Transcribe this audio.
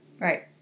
Right